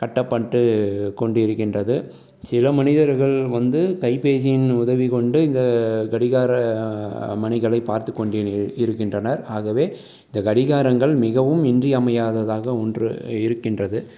கட்டப்பட்டு கொண்டிருக்கின்றது சில மனிதர்கள் வந்து கைபேசியின் உதவி கொண்டு இந்த கடிகார மணிகளைப் பார்த்துக் கொண்டு இருக்கின்றனர் ஆகவே இந்த கடிகாரங்கள் மிகவும் இன்றியமையாததாக ஒன்று இருக்கின்றது